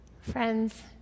Friends